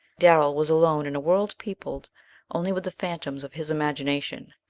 darrell was alone in a world peopled only with the phantoms of his imagination.